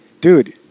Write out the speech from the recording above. dude